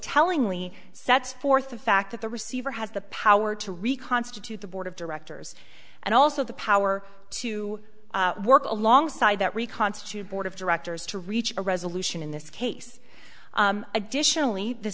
tellingly sets forth the fact that the receiver has the power to reconstitute the board of directors and also the power to work alongside that reconstitute board of directors to reach a resolution in this case additionally the